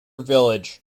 village